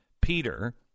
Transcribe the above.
Peter